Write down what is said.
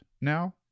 now